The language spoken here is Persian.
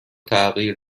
تغییر